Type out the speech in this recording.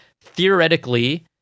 theoretically